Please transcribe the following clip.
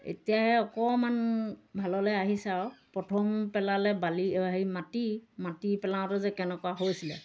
এতিয়াহে অকণমান ভাললৈ আহিছে আৰু প্ৰথম পেলালে বালি অ' হেৰি মাটি মাটি পেলাওঁতে যে কেনেকুৱা হৈছিলে